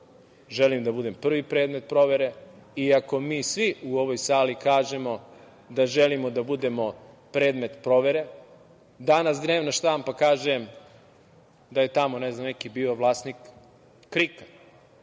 želim da budem prvi predmet provere, i ako mi svi u ovoj sali kažemo da želimo da budemo predmet provere, danas dnevna štampa kaže da je tamo neki vlasnik "Krika",